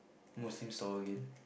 Muslim stall again